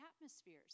atmospheres